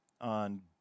on